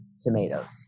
tomatoes